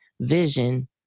vision